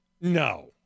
no